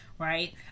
right